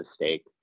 mistake